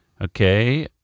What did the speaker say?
Okay